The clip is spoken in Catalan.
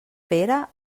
pere